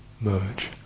merge